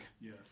Yes